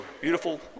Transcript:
beautiful